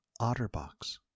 Otterbox